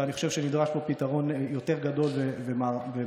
ואני חושב שנדרש פה פתרון יותר גדול ומערכתי.